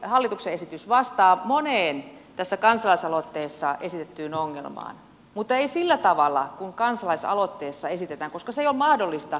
tämä hallituksen esitys vastaa moneen tässä kansalaisaloitteessa esitettyyn ongelmaan mutta ei sillä tavalla kuin kansalaisaloitteessa esitetään koska se ei ole mahdollista